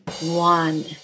one